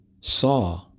saw